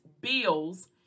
bills